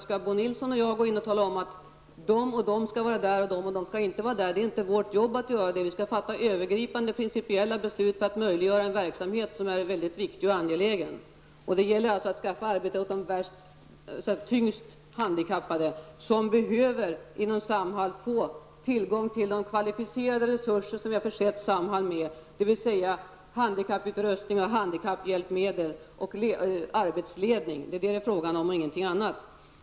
Skall Bo Nilsson och jag tala om att de och de skall få vara där och att de och de inte skall få vara där? Det är inte vårt jobb, utan vi skall fatta övergripande principiella beslut som möjliggör en verksamhet som är både viktig och angelägen. Det gäller alltså att skaffa arbete åt de svårast handikappade, som behöver inom Samhall få tillgång till de kvalificerade resurser som vi har försett Samhall med, dvs. handikapputrustning, handikapphjälpmedel och arbetsledning. Det är vad det handlar om -- ingenting annat.